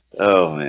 oh?